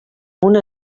una